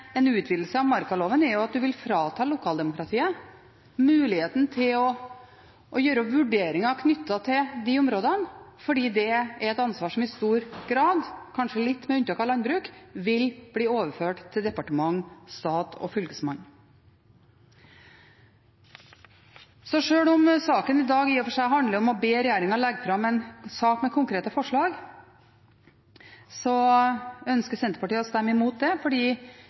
at en vil frata lokaldemokratiet muligheten til å gjøre vurderinger knyttet til de områdene fordi det er et ansvar som i stor grad – kanskje med unntak av landbruk – vil bli overført til departement, stat og fylkesmann. Sjøl om saken i dag i og for seg handler om å be regjeringen legge fram en sak med konkrete forslag, ønsker Senterpartiet å stemme imot det – fordi